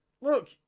Look